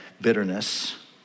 bitterness